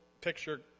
picture